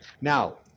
Now